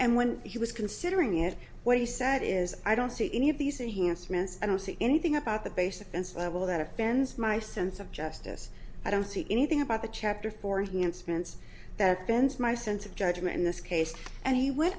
and when he was considering it what he said is i don't see any of these enhanced minutes i don't see anything about the base offense i will that offends my sense of justice i don't see anything about the chapter fourteen spence that bends my sense of judgment in this case and he went